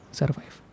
survive